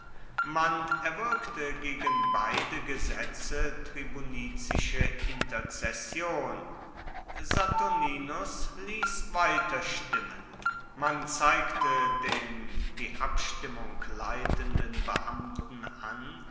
man erwirkte gegen beide gesetze tribunizische interzession saturninus ließ weiterstimmen man zeigte den die abstimmung leitenden beamten an